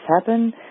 happen